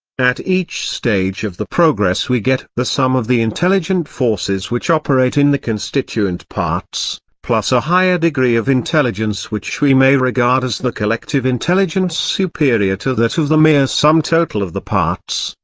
at each stage of the progress we get the sum of the intelligent forces which operate in the constituent parts, plus a higher degree of intelligence which we may regard as the collective intelligence superior to that of the mere sum-total of the parts,